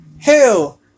Hell